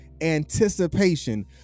anticipation